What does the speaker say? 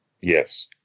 Yes